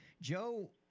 Joe